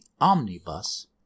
omnibus